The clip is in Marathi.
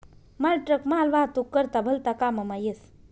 मालट्रक मालवाहतूक करता भलता काममा येस